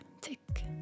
tick